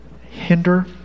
hinder